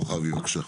כוכבי, בבקשה.